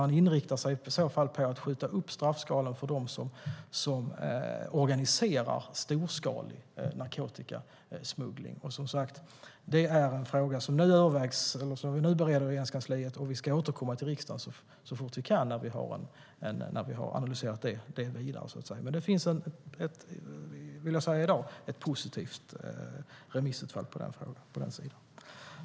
Man inriktar sig i så fall på att höja straffskalan för dem som organiserar storskalig narkotikasmuggling. Detta bereder vi nu i Regeringskansliet, och vi ska återkomma till riksdagen så fort vi kan när vi har analyserat detta vidare. Men det finns ett positivt remissutfall i fråga om detta.